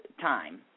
time